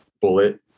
bullet